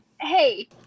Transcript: hey